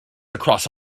across